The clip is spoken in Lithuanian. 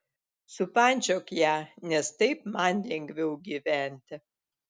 supančiok ją nes taip man lengviau gyventi